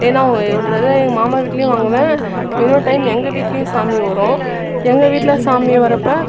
ஏன்னா ஒரு தரவை எங்கள் மாமா வீட்லேயும் வாங்குவேன் இன்னொரு டைம் எங்கள் வீட்லேயும் சாமி வரும் எங்கள் வீட்டில் சாமி வரப்போ